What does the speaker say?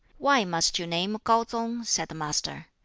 why must you name kau-tsung? said the master.